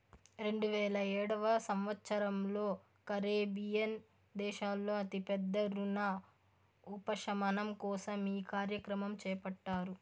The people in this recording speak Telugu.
రెండువేల ఏడవ సంవచ్చరంలో కరేబియన్ దేశాల్లో అతి పెద్ద రుణ ఉపశమనం కోసం ఈ కార్యక్రమం చేపట్టారు